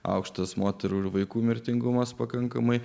aukštas moterų ir vaikų mirtingumas pakankamai